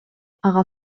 ага